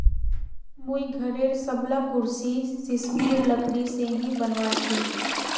मुई घरेर सबला कुर्सी सिशमेर लकड़ी से ही बनवाल छि